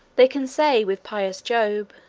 they can say with pious job,